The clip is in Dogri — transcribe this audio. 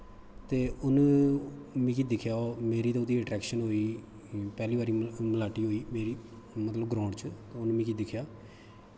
ते उन्न मिगी दिक्खेआ ओह्दी ते मेरी अट्रक्शन होई पैह्ली बारी मलाटी होई मेरी मतलब ग्राउंड़ च उन्न मिगी दिक्खेआ